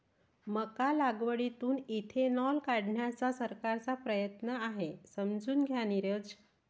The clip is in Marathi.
मका लागवडीतून इथेनॉल काढण्याचा सरकारचा प्रयत्न आहे, समजून घ्या नीरज